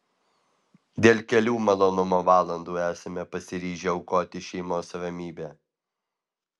dėl kelių malonumo valandų esame pasiryžę aukoti šeimos ramybę